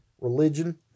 religion